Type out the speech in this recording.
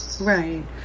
Right